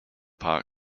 park